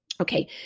Okay